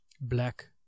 black